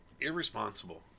irresponsible